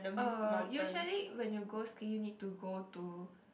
uh usually when you go skiing need to go to